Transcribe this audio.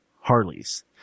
Harleys